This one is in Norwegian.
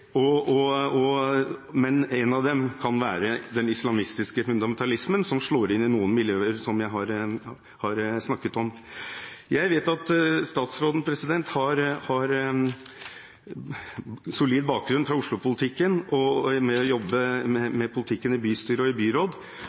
men en av dem kan være den islamistiske fundamentalismen, som slår inn i noen miljøer, som jeg har snakket om. Jeg vet at statsråden har solid bakgrunn fra Oslo-politikken, med å jobbe med politikken i bystyret og i byråd,